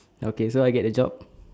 okay so I get the job